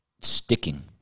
sticking